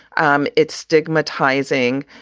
um it's stigmatizing,